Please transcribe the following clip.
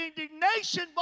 Indignation